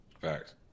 Facts